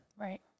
Right